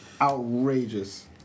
outrageous